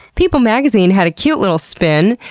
people magazine had a cute little spin,